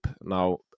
now